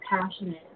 passionate